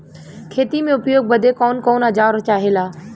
खेती में उपयोग बदे कौन कौन औजार चाहेला?